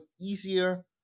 easier